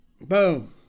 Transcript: Boom